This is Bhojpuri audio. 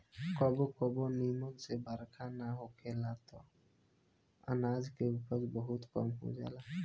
कबो कबो निमन से बरखा ना होला त अनाज के उपज बहुते कम हो जाला